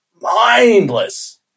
mindless